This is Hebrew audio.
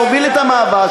שהוביל את המאבק,